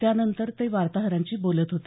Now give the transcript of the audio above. त्यानंतर ते वार्ताहरांशी बोलत होते